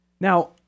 Now